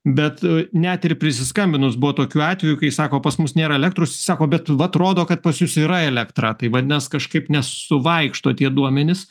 bet net ir prisiskambinus buvo tokių atvejų kai sako pas mus nėra elektros sako bet vat rodo kad pas jus yra elektra tai vadinas kažkaip nesu vaikšto tie duomenys